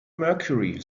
mercury